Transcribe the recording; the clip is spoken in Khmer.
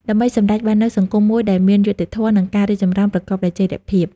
ដើម្បីសម្រេចបាននូវសង្គមមួយដែលមានយុត្តិធម៌ និងការរីកចម្រើនប្រកបដោយចីរភាព។